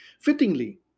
Fittingly